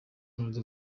melody